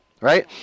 right